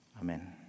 Amen